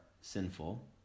sinful